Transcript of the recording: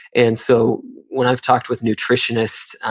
and so when i've talked with nutritionists,